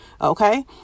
okay